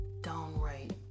downright